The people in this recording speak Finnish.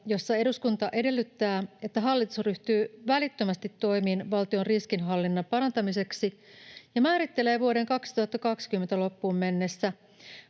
jossa eduskunta edellyttää, että hallitus ryhtyy välittömästi toimiin valtion riskienhallinnan parantamiseksi ja määrittelee vuoden 2020 loppuun mennessä